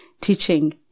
teaching